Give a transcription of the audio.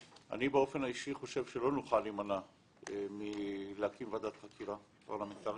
באופן אישי אני חושב שלא נוכל להימנע מלהקים ועדת חקירה פרלמנטרית